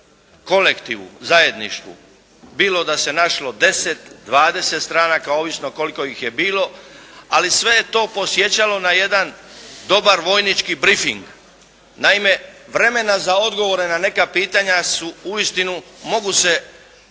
kolektivu, zajedništvu, bilo da se našlo 10, 20 stranaka ovisno koliko ih je bilo, ali sve je to podsjećalo na jedan dobar vojnički brifing. Naime vremena za odgovore na neka pitanja su uistinu mogu se